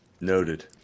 Noted